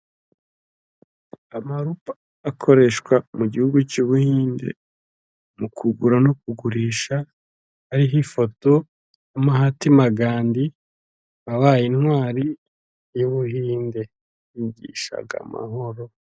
Amarupa akoreshwa mu gihugu cy'ubuhinde, mu kugura no kugurisha; ariho ifoto ya Mahati Magandi wabaye intwari y'ubuhinde, yigishaga amahoro.